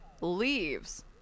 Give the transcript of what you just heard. leaves